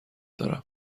دارم